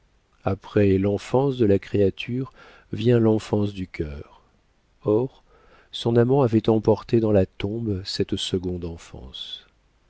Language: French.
après l'enfance de la créature vient l'enfance du cœur or son amant avait emporté dans la tombe cette seconde enfance